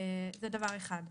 זה דבר אחד.